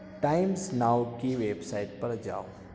Times Now کی website پر جاؤ